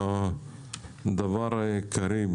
בדבר העיקרי,